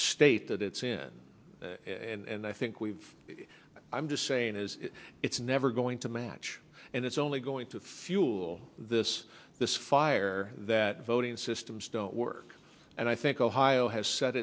state that it's in and i think we've i'm just saying is it's never going to match and it's only going to fuel this this fire that voting systems don't work and i think ohio has set